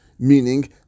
meaning